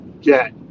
get